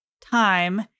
time